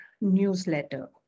newsletter